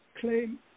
claim